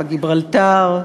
בגיברלטר,